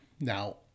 Now